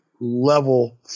level